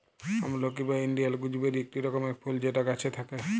আমলকি বা Indian gooseberry ইকটি রকমকার ফুল যেটা গাছে থাক্যে